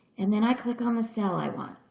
and then i click on the cell i want.